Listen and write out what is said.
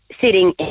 sitting